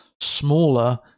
smaller